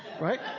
right